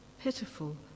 pitiful